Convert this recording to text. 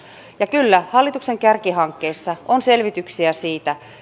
ja kyllä hallituksen kärkihankkeissa on selvityksiä siitä